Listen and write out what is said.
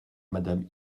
madame